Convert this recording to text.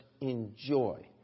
enjoy